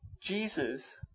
Jesus